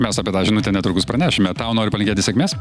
mes apie tą žinutę netrukus pranešime tau noriu palinkėti sėkmės